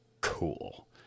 cool